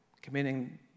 Committing